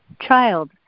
child